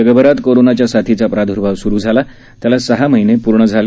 जगभरात कोरोनाच्या साथीचा प्रादुर्भाव सुरू झाला त्याला सहा महिने पूर्ण झाले